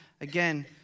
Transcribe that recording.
again